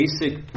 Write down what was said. basic